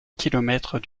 kilomètre